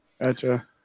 gotcha